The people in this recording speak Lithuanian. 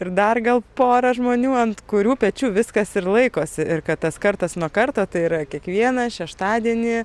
ir dar gal pora žmonių ant kurių pečių viskas ir laikosi ir kad tas kartas nuo karto tai yra kiekvieną šeštadienį